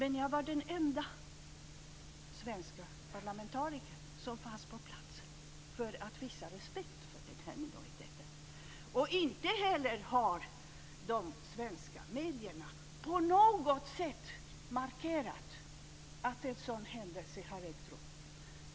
Ändå var jag den enda svenska parlamentariker som fanns på plats för att visa respekt för den här minoriteten. Inte heller har de svenska medierna på något sätt markerat att en sådan här händelse ägt rum.